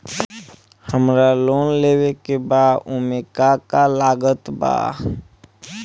हमरा लोन लेवे के बा ओमे का का लागत बा?